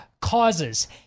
causes